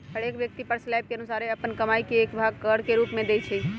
हरेक व्यक्ति कर स्लैब के अनुसारे अप्पन कमाइ के एक भाग कर के रूप में देँइ छै